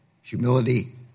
humility